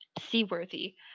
seaworthy